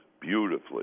beautifully